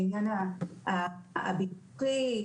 העניין הביטוחי,